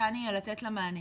ניתן יהיה לתת לה מענה.